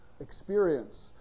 experience